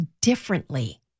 differently